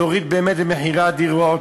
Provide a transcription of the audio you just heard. להוריד באמת את מחירי הדירות.